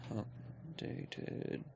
updated